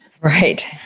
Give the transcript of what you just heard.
Right